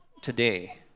today